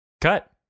Cut